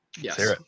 Yes